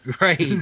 Right